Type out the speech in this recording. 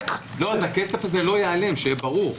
הכסף הזה לא ייעלם - שיהיה ברור.